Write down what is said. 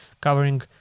covering